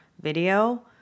video